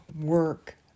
work